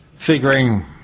Figuring